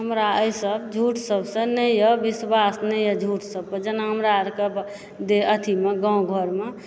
हमरा एहि सब झूठ सबसँ नहि यऽ विश्वास नहि यऽ झूठ सबकेँ जेना हमरा आरके अथी गाँव घरमे